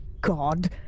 God